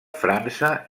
frança